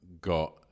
got